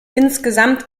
insgesamt